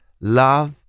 love